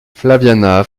flaviana